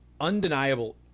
undeniable